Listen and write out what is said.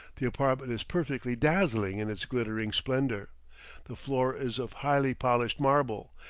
the apartment is perfectly dazzling in its glittering splendor the floor is of highly polished marble,